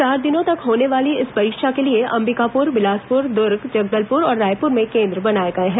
चार दिनों तक होने वाली इस परीक्षा के लिए अंबिकापुर बिलासपुर दुर्ग जगदलपुर और रायपुर में केंद्र बनाए गए हैं